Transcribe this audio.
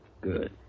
Good